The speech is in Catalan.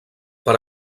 per